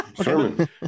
sermon